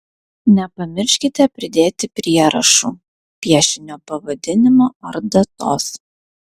nepamirškite pridėti prierašų piešinio pavadinimo ar datos